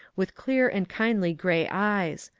with clear and kindly grey eyes,